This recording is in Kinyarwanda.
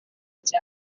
cyane